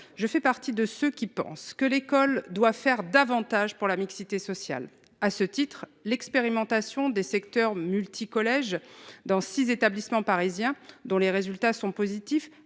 je fais partie de ceux qui pensent que l'école doit faire davantage pour la mixité sociale à ce titre, l'expérimentation des secteurs multi-collèges dans six établissements parisiens, dont les résultats sont positifs,